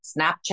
Snapchat